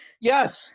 yes